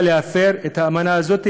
בא להפר את האמנה הזאת,